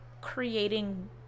creating